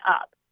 up